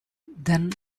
then